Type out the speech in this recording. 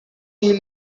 eel